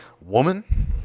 woman